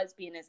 lesbianism